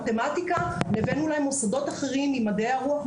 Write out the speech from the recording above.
מתמטיקה לבין אולי מוסדות אחרים עם מדעי הרוח,